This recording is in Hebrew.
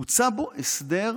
הוצע בו הסדר,